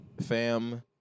fam